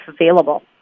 available